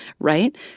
Right